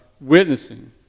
witnessing